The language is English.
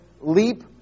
leap